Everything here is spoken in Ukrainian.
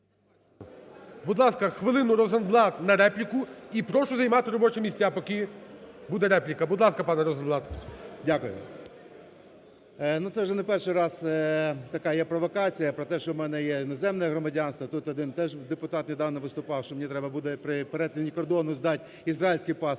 Будь ласка, хвилину, Розенблат, на репліку. І прошу займати робочі місця, поки буде репліка. Будь ласка, пане Розенблат. 13:43:33 РОЗЕНБЛАТ Б.С. Дякую. Ну, це вже не перший раз така є провокація про те, що в мене є іноземне громадянство. Тут один теж депутат недавно виступав, що мені треба буде при перетині кордону здати ізраїльський паспорт.